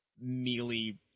mealy